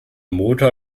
motor